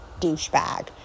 douchebag